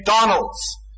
McDonald's